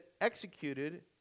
executed